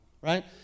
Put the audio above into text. right